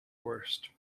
worst